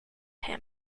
him